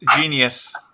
genius